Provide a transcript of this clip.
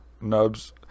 nubs